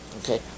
Okay